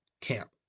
camp